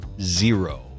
Zero